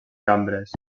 cambres